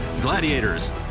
gladiators